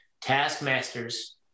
Taskmasters